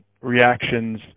reactions